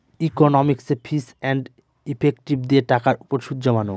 ইকনমিকসে ফিচ and effective দিয়ে টাকার উপর সুদ জমানো